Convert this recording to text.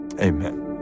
amen